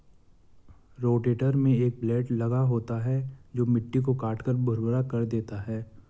rotator में एक blade लगा होता है जो मिट्टी को काटकर भुरभुरा कर देता है